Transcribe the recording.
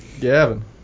Gavin